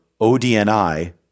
ODNI